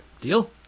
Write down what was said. Deal